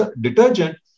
detergent